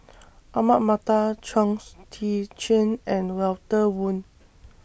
Ahmad Mattar Chong's Tze Chien and Walter Woon